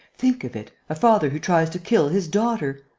think of it a father who tries to kill his daughter!